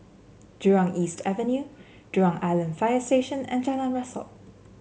Jurong East Avenue Jurong Island Fire Station and Jalan Rasok